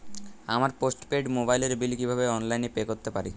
আমার postpaid মোবাইলের bill কীভাবে অনলাইনে পে করতে পারি?